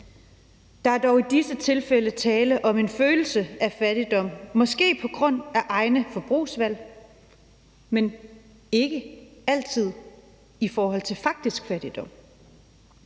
Der er dog i disse tilfælde tale om en følelse af fattigdom måske på grund af egne forbrugsvalg, men ikke altid på grund af faktisk fattigdom.